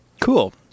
Cool